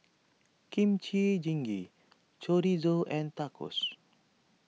Kimchi Jjigae Chorizo and Tacos